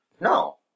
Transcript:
No